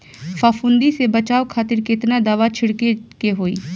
फाफूंदी से बचाव खातिर केतना दावा छीड़के के होई?